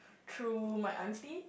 through my auntie